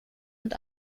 und